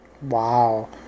Wow